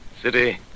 City